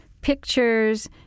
pictures